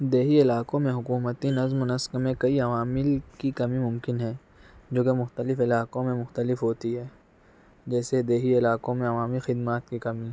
دیہی علاقوں میں حکومتی نظم و نسق میں کئی عوامل کی کمی ممکن ہے جوکہ مختلف علاقوں میں مختلف ہوتی ہے جیسے دیہی علاقوں میں عوامی خدمات کی کمی